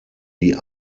die